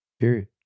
Period